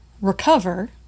Recover